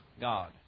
God